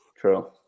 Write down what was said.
true